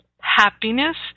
happiness